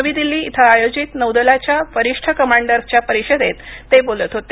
नवी दिल्ली इथं आयोजित नौदलाच्या वरिष्ठ कमांडर्सच्या परिषदेत ते बोलत होते